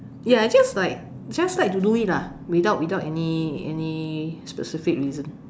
ya I just like just like to do it lah without without any any specific reason